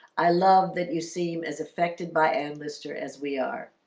i love that you seem as affected by an lister as we are